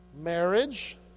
Marriage